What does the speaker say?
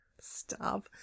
Stop